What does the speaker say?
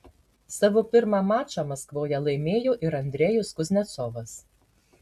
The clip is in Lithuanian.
savo pirmą mačą maskvoje laimėjo ir andrejus kuznecovas